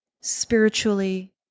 spiritually